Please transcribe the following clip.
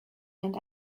and